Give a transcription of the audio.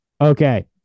Okay